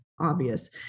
obvious